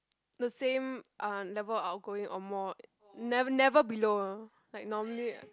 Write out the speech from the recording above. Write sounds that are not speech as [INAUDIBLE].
the same uh level of outgoing or more [NOISE] never below ah like normally